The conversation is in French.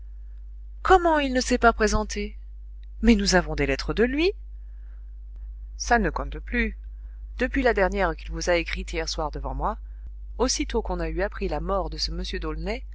comment il ne s'est pas présenté mais nous avons des lettres de lui ça ne compte plus depuis la dernière qu'il vous a écrite hier soir devant moi aussitôt qu'on a eu appris la mort de ce